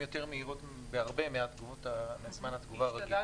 יותר מהירות בהרבה מזמן התגובה הרגיל.